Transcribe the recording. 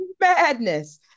madness